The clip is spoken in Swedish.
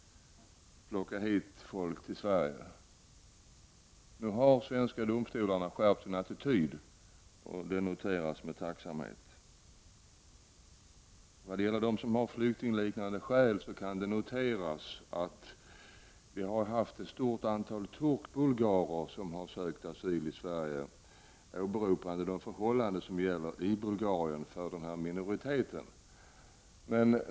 Nu har de svenska domstolarna skärpt sin attityd, och det noteras med tacksamhet. När det gäller dem som har flyktingliknande skäl kan noteras att vi har haft ett stort antal turkbulgarer som har sökt asyl i Sverige, åberopande de förhållanden som råder i Bulgarien för denna minoritet.